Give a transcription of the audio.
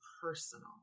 personal